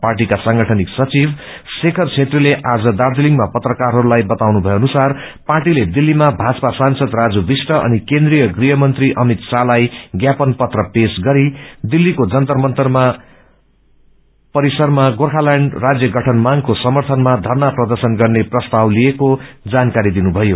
पार्टीका सांगठनिक सचिव शेखर छेत्रीले आज दार्जीलिङमा पत्रकारहरूताई बताउनु भए अनसार पार्टीले दिलेमा भाजपा सांसद राजुविष्ट अनि केन्द्रिय गृहमंत्री अभित श्राहलाई ज्ञापन पत्र पेश गरि दिल्लीको जंतर मंतर परिसरमा गोर्खाल्याण्ड राज्य गठन मांगको सम्थनमा थरना प्रदंशन गर्ने प्रस्ताव लिएको जानकारी दिनुथयो